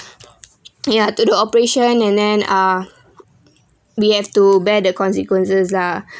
ya to the operation and then ah we have to bear the consequences lah